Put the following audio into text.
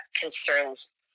concerns